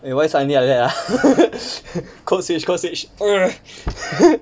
eh why suddenly like that ah code switch code switch ugh